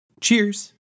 Cheers